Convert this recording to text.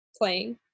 playing